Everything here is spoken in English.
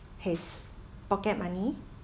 his pocket money